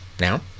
now